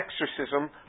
exorcism